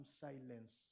silence